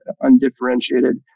undifferentiated